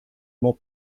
more